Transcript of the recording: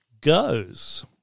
goes